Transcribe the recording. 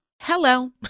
hello